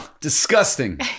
Disgusting